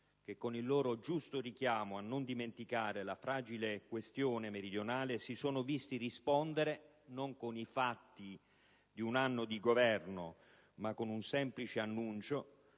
che, dopo il loro giusto richiamo a non dimenticare la fragile questione meridionale, si sono visti rispondere non con i fatti di un anno di Governo ma con un semplice annuncio